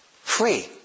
free